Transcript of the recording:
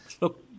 Look